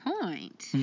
point